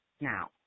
now